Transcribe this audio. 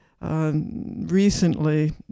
Recently